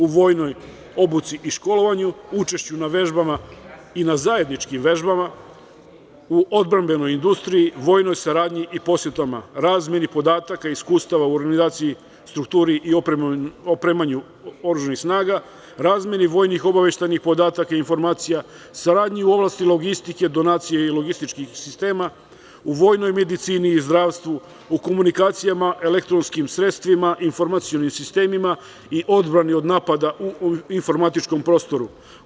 U oblastima vojne obuke i školovanja, učešću na vežbama i zajedničkim vežbama, u odbrambenoj industriji, vojnoj saradnji i posetama, razmeni podataka, iskustava, u organizaciji, strukturi i opremanju oružanih snaga, razmeni vojnih obaveštajnih podataka i informacija, saradnji u oblasti logistike, donacije i logističkih sistema, u vojnoj medicini, zdravstvu, u komunikacijama elektronskim sredstvima, informacionim sistemima i odbrani od napada u informatičkom prostoru.